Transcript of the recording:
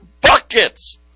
buckets